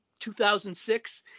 2006